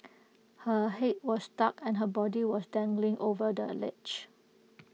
her Head was stuck and her body was dangling over the ledge